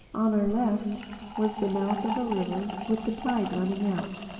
on our left was the mouth of a river with the tide running out.